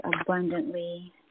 abundantly